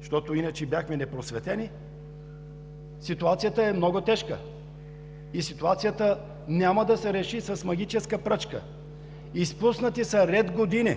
защото иначе бяхме непросветени – е много тежка. Тя няма да се реши с магическа пръчка. Изпуснати са ред години